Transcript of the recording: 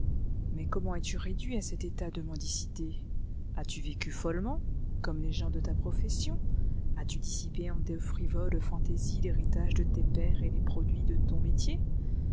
mais comment es-tu réduit à cet état de mendicité as-tu vécu follement comme les gens de ta profession as-tu dissipé en de frivoles fantaisies l'héritage de tes pères et les produits de ton métier